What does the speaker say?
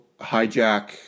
hijack